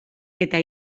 eta